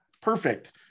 perfect